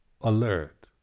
Alert